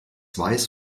weiß